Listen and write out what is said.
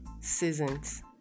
seasons